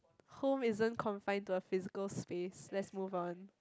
home isn't confined to a physical space let's move on